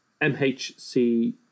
MHC